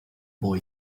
boy